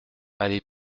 allée